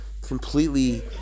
completely